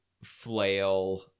flail